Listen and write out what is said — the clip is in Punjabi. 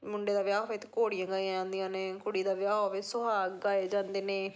ਮੁੰਡੇ ਦਾ ਵਿਆਹ ਹੋਏ ਤਾਂ ਘੋੜੀਆਂ ਗਾਈਆਂ ਜਾਂਦੀਆਂ ਨੇ ਕੁੜੀ ਦਾ ਵਿਆਹ ਹੋਵੇ ਸੁਹਾਗ ਗਾਏ ਜਾਂਦੇ ਨੇ